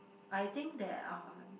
I think there are